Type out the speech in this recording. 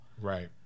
Right